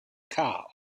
car